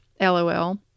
LOL